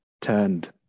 turned